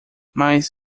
mas